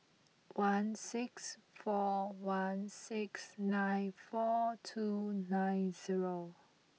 one six four one six nine four two nine zero